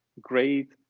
great